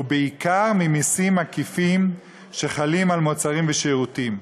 ובעיקר ממסים עקיפים שחלים על מוצרים ושירותים.